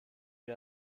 wie